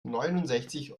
neunundsechzig